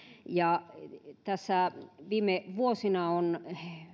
tässä viime vuosina on